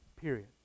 period